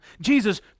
Jesus